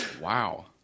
wow